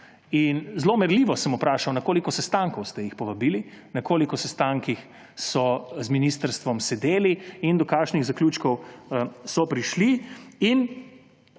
Zelo merljivo sem vprašal, na koliko sestankov ste jih povabili, na koliko sestankih so z ministrstvom sedeli in do kakšnih zaključkov so prišli.